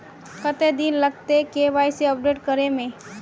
कते दिन लगते के.वाई.सी अपडेट करे में?